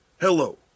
Hello